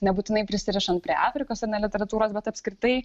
nebūtinai prisirišant prie afrikos ar ne literatūros bet apskritai